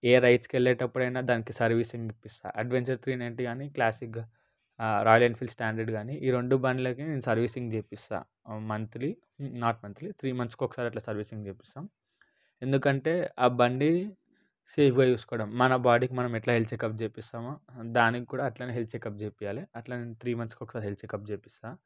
ఏ రైడ్స్కి వెళ్ళేటప్పుడు అయినా దానికి సర్వీసింగ్కి ఇప్పిస్తాను అడ్వెంచర్ త్రీ నైంటీ కానీ క్లాసిక్గా రాయల్ ఎన్ఫీల్డ్ స్టాండర్డ్ కానీ ఈ రెండు బండ్లకి నేను సర్వీసింగ్ చేయిస్తాను మంత్లీ నాట్ మంత్లీ త్రీ మంత్స్కి ఒకసారి సర్వీసింగ్ చేయిస్తాను ఎందుకంటే ఆ బండి సేఫ్గా చూసుకోవడం మన బాడీకి మనం ఎట్లయితే హెల్త్ చెకప్ చేయిస్తామో దానికి కూడా అట్లనే హెల్త్ చెకప్ చేపియ్యాలి అట్ల నేను త్రీ మంత్స్కి ఒకసారి నేను చెకప్ చేయిస్తాను